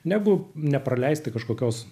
negu nepraleisti kažkokios